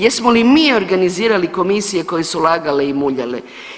Jesmo li mi organizirali komisije koje su lagale i muljale?